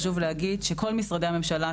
חשוב להגיד שכל משרדי הממשלה,